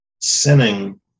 sinning